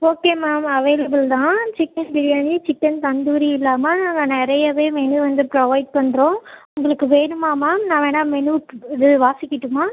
okay ma'am available தான் chicken biryani chicken tandoori இல்லாமல் நாங்கள் நிறையவே மெனு வந்து ப்ரொவைட் பண்ணுறோம் உங்களுக்கு வேணுமா மேம் நான் வேணால் மெனு இது வாசிக்கிட்டுமா